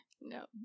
No